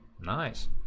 Nice